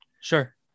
Sure